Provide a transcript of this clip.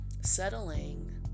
settling